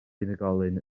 unigolyn